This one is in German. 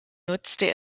nutzte